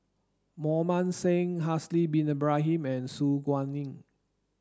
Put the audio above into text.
Mohan Singh Haslir bin Ibrahim and Su Guaning